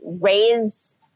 raise